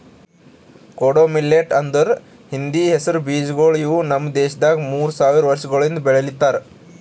ಕೊಡೋ ಮಿಲ್ಲೆಟ್ ಅಂದುರ್ ಹಿಂದಿ ಹೆಸರು ಬೀಜಗೊಳ್ ಇವು ನಮ್ ದೇಶದಾಗ್ ಮೂರು ಸಾವಿರ ವರ್ಷಗೊಳಿಂದ್ ಬೆಳಿಲಿತ್ತಾರ್